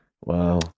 Wow